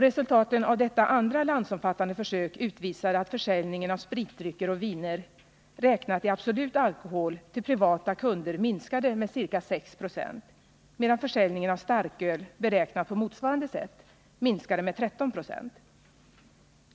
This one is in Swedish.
Resultaten av detta andra landsomfattande försök utvisade att försäljningen av spritdrycker och viner räknat i absolut alkohol till privata kunder minskade med ca 6 70, medan försäljningen av starköl beräknat på motsvarande sätt minskade med 13 90.